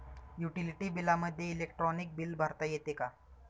Utility बिलामध्ये electronic bill भरता येते का?